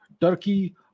Turkey